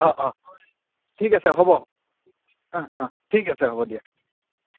অ' অ' ঠিক আছে হ'ব অ' অ' ঠিক আছে হ'ব দিয়া